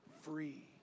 free